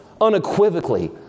unequivocally